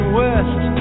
west